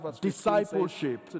discipleship